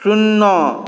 शुन्ना